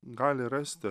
gali rasti